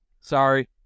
Sorry